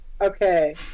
Okay